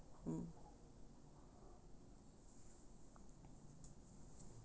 mm